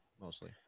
mostly